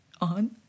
on